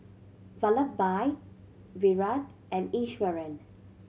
Vallabhbhai Virat and Iswaran